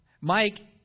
Mike